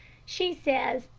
she says,